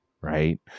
right